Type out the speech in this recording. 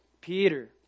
Peter